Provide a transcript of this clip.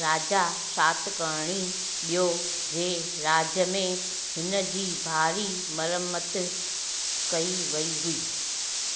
राजा शातकर्णी बि॒यो जे राज में हिनजी भारी मरम्मतु कई वई हुई